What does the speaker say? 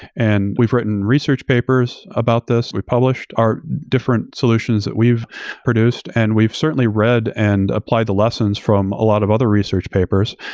and we've written research papers about this. we published our different solutions that we've produced and we've certainly read and applied the lessons from a lot of other research papers.